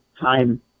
time